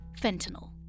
fentanyl